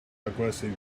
aggressive